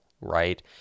right